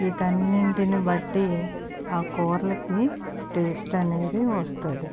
వీటన్నింటిని బట్టి ఆ కూరలకి టేస్ట్ అనేది వస్తుంది